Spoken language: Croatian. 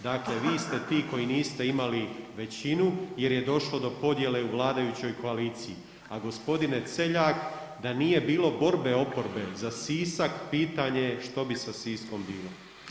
Dakle vi ste ti koji niste imali većinu jer je došlo do podjele u vladajućoj koaliciji, a g. Celjak, da nije bilo borbe oporbe za Sisak, pitanje je što bi sa Siskom bilo.